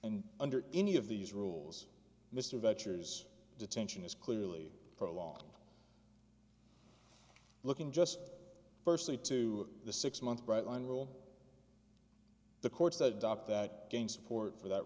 and under any of these rules mr venture's detention is clearly prolonged looking just firstly to the six month bright line rule the courts that adopt that gain support for that